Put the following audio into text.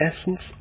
essence